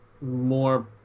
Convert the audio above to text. more